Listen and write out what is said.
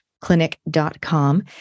clinic.com